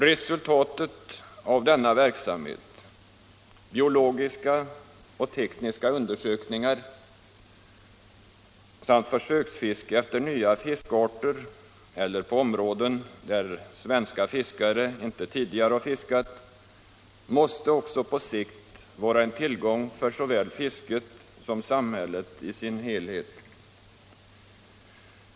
Resultatet av denna verksamhet — biologiska och tekniska undersökningar samt försöksfiske efter nya fiskarter eller på områden där svenska fiskare ej tidigare har fiskat — måste också på sikt vara en tillgång för såväl fisket som samhället i dess helhet.